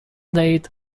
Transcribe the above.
date